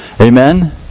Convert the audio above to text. Amen